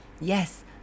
Yes